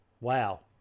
wow